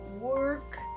work